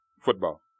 football